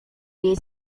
jej